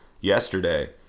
yesterday